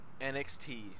NXT